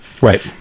right